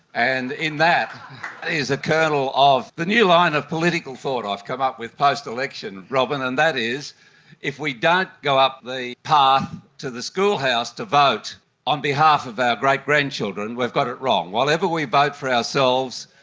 and in that is a kernel of the new line of political thought i've come up with post-election, robyn, and that is if we don't go up the path to the schoolhouse to vote on behalf of our great-grandchildren, we've got it wrong. while ever we vote for ourselves,